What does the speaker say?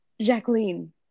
Jacqueline